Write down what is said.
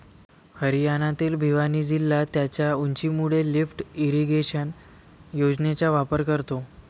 हरियाणातील भिवानी जिल्हा त्याच्या उंचीमुळे लिफ्ट इरिगेशन योजनेचा वापर करतो